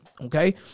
Okay